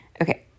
okay